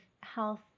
health